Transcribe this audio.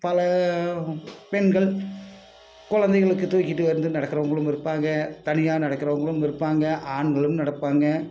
பல பெண்கள் குழந்தைகளுக்கு தூக்கிட்டு வந்து நடக்கிறவுங்களும் இருப்பாங்க தனியாக நடக்கிறவுங்களும் இருப்பாங்க ஆண்களும் நடப்பாங்க